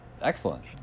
Excellent